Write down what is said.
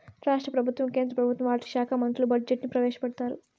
రాష్ట్ర ప్రభుత్వం కేంద్ర ప్రభుత్వం వాటి శాఖా మంత్రులు బడ్జెట్ ని ప్రవేశపెడతారు